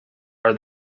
are